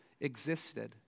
existed